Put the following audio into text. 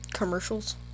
commercials